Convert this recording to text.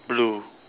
blue